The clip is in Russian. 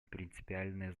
принципиальное